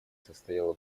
состояла